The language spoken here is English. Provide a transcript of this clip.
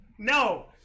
No